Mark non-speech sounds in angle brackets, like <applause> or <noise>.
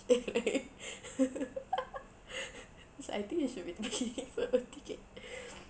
<laughs> cause I think you should be paying for the ticket